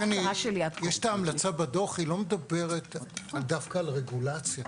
יש המלצה בדוח, היא לא מדברת דווקא על רגולציה.